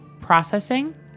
processing